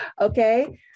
Okay